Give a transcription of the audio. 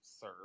sir